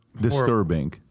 disturbing